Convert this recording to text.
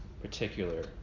particular